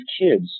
kids